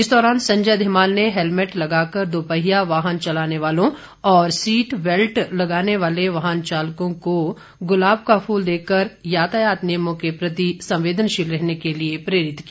इस दौरान संजय धीमान ने हेलमेट लगाकर दुपहिया वाहन चलाने वालों और सीट बेल्ट लगाने वाले वाहन चालकों को गुलाब का फूल देकर यातायात नियमों के प्रति संवेदनशील रहने के लिए प्रेरित किया